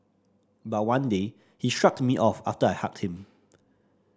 but one day he shrugged me off after I hugged him